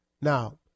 Now